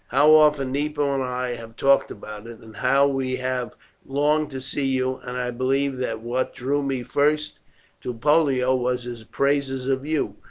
how often nepo and i have talked about it, and how we have longed to see you, and i believe that what drew me first to pollio was his praises of you.